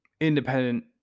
independent